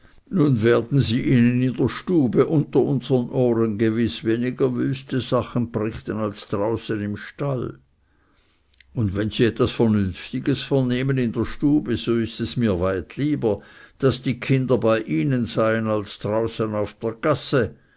nun werden sie ihnen in der stube unter unsern ohren gewiß weniger wüste sachen brichten als draußen im stall und wenn sie etwas vernünftiges vernehmen in der stube so ist es mir weit lieber daß die kinder bei ihnen seien als draußen auf der gasse